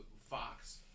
Fox